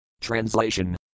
Translation